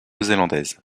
zélandaise